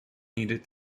needed